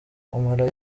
amara